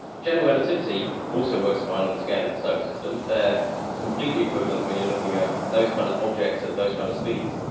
general relativity also works fine on the scale of the solar system. they're completely equivalent when you're looking at those kinds of objects at those kinds kind of speeds.